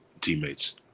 teammates